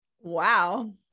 Wow